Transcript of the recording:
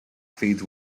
feeds